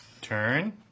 Turn